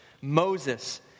Moses